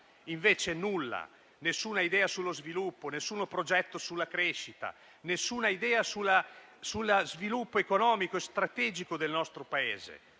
Invece nulla, nessuna idea sullo sviluppo, nessuno progetto sulla crescita, nessuna idea sullo sviluppo economico e strategico del nostro Paese.